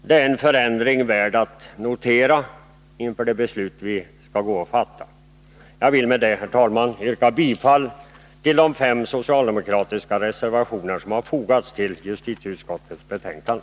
Det är en förändring värd att notera inför det beslut som vi skall fatta. Jag vill med detta, herr talman, yrka bifall till de fem socialdemokratiska reservationer som har fogats till justitieutskottets betänkande.